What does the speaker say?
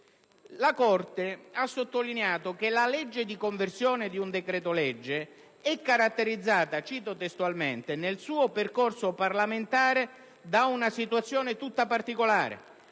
La Corte ha sottolineato che «la legge di conversione di un decreto‑legge è caratterizzata nel suo percorso parlamentare da una situazione tutta particolare,